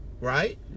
Right